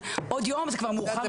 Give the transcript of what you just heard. עוד יום זה כבר מאוחר מדי.